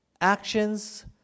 actions